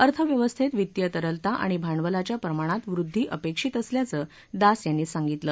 अर्थव्यवस्थेत वित्तीय तरलता आणि भांडवलाच्या प्रमाणात वृद्वी अपेक्षित असल्याचं दास यांनी सांगितलं